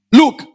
look